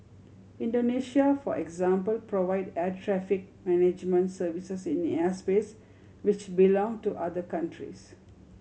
Indonesia for example provide air traffic management services in airspace which belong to other countries